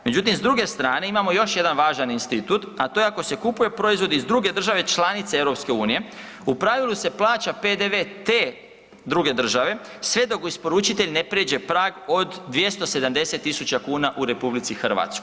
Međutim, s druge strane, imamo još jedan važan institut, a to je, ako se kupuje proizvod iz druge države članice EU, u pravilu se plaća PDV te druge države, sve dok isporučitelj ne pređe prag od 270 tisuća kuna u RH.